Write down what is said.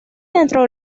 dentro